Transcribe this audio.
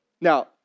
Now